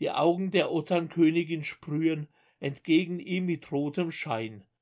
die augen der otternkönigin sprühen entgegen ihm mit rotem schein